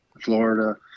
Florida